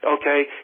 okay